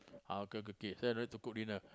uncle cook it so I don't need to cook dinner